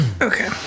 Okay